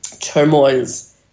turmoils